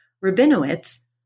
Rabinowitz